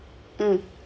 mm